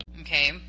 okay